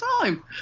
time